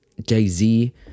jay-z